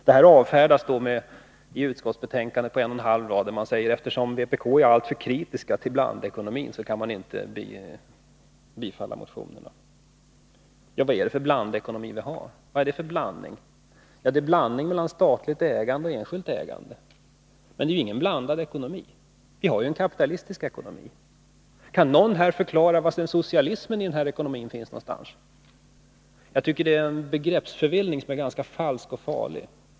Dessa krav avfärdas i utskottsbetänkandet på en och en halv rad, där man säger att man, eftersom vpk är alltför kritiskt till blandekonomin, inte kan tillstyrka motionen. Vad är det för blandekonomi vi har? Vad är det för blandning? Jo, en blandning mellan statligt och enskilt ägande. Men det är ingen blandekonomi. Vi har en kapitalistisk ekonomi. Kan någon här förklara var socialismen i denna ekonomi finns? Jag tycker att det är en begreppsförvirring, som är ganska falsk och farlig.